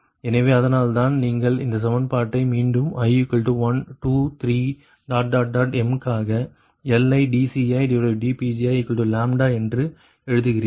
எனவே அதனால்தான் நீங்கள் இந்த சமன்பாட்டை மட்டும் i23m காக LidCidPgiλ என்று எழுதுகிறீர்கள்